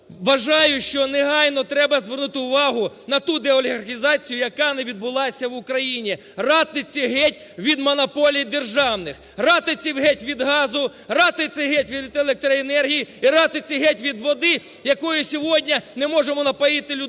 вважаю, що негайно треба звернути увагу на ту деолігархізацію, яка не відбулася в Україні. Ратиці геть від монополій державних! Ратиці геть від газу, ратиці геть електроенергії і ратиці геть від води, якою сьогодні не можемо напоїти людей!